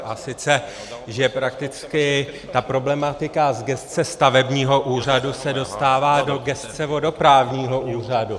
A sice že prakticky ta problematika z gesce stavebního úřadu se dostává do gesce vodoprávního úřadu.